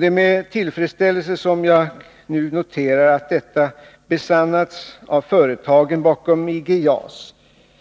Det är med tillfredsställelse som jag nu noterar att detta har besannats av företagen bakom IG JAS,